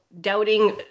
doubting